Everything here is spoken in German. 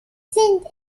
sind